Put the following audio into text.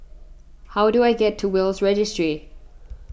how do I get to Will's Registry